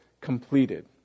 completed